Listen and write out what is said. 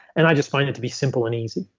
and i just find it to be simple and easy.